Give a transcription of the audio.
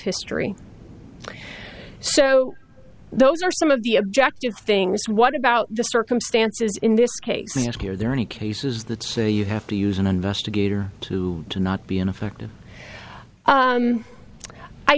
history so those are some of the objective things what about the circumstances in this case and ask you are there any cases that say you have to use an investigator to to not be in effect